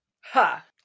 Ha